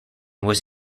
was